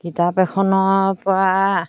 কিতাপ এখনৰ পৰা